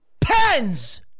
pens